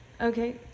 Okay